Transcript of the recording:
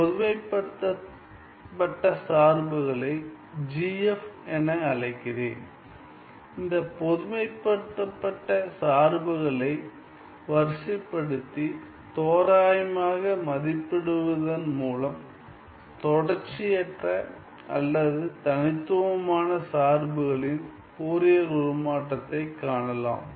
பொதுமைப்படுத்தப்பட்ட சார்புகளை G F என அழைக்கிறேன் இந்த பொதுமைப்படுத்தப்பட்ட சார்புகளை வரிசைப்படுத்தி தோராயமாக மதிப்பிடுவதன் மூலம் தொடர்ச்சியற்ற அல்லது தனித்துவமான சார்புகளின் ஃபோரியர் உருமாற்றத்தைக் காணலாம்